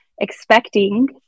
expecting